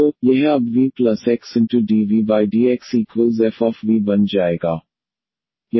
तो यह अब vxdvdxfv बन जाएगा